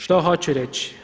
Što hoću reći?